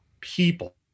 people